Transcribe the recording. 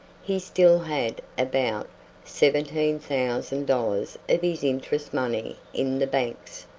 he still had about seventeen thousand dollars of his interest money in the banks,